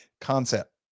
concept